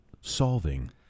solving